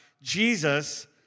Jesus